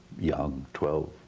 young, twelve,